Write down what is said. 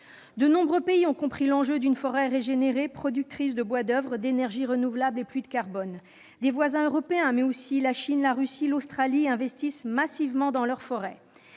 De nombreux pays ont compris l'intérêt d'une forêt régénérée, productrice de bois d'oeuvre et d'énergie renouvelable et puits de carbone : certains de nos voisins européens, mais aussi la Chine, la Russie ou l'Australie, investissent massivement dans leurs forêts.